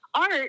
Art